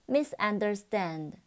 Misunderstand